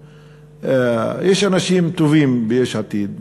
יש אנשים טובים ביש עתיד,